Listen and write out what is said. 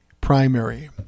primary